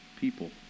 people